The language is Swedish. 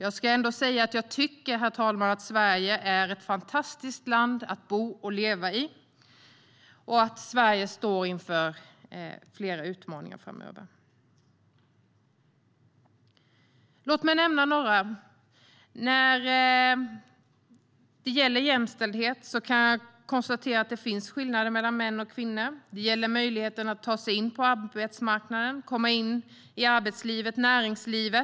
Jag ska ändå säga att jag tycker, herr talman, att Sverige är ett fantastiskt land att bo och leva i. Sverige står dock inför flera utmaningar framöver. Låt mig nämna några! När det gäller jämställdhet kan jag konstatera att det finns skillnader mellan män och kvinnor. Det gäller möjligheten att ta sig in på arbetsmarknaden, komma in i arbetslivet och i näringslivet.